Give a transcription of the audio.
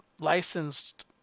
licensed